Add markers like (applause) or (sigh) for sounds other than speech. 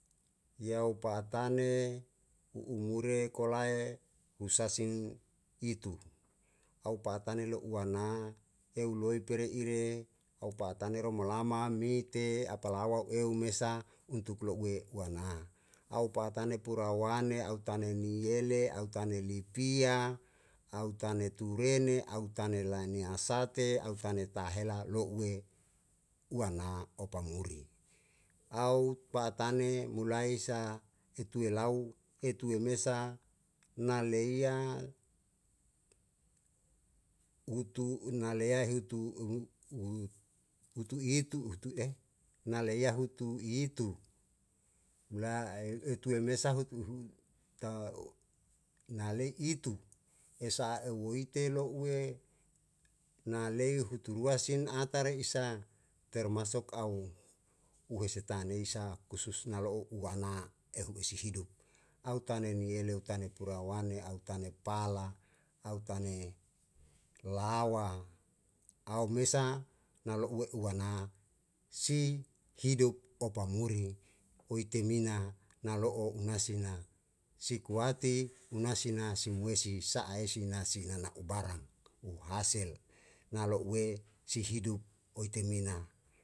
Yau pa'a tane u'umure kolae usasing itu, au pa'a tane lo'u wana eu loi pere ire au pa'a tane roma lama mite apalawa eu mesa untuk lo'ue uana au pa'a tane pura wane au tane miyele au tane lipia au tane turene au tane lane hasate au tane tahela lo'ue uana opa muri au pa'a tane mulai sa itu elau etue mesa na leia utu u nalea heutu (hesitation) utu itu (hesitation) na laea hutu itu na e eu tue mesa hutu (unintelligible) na lei itu es'a eu woite lo'ue na lei hutu huturua sin ata re isa termasuk au uhe setane isa kusus nalo'u uana ehu esi hidup autane nieleu tane pura wane au tane pala au tane lawa au mesa na lo'e uana si hidop opa muri oi temina nalo'o una sina sikuati una sina simuesi sa'aesi na si nana'u barang u hasil na lo'ue si hidup oe temina.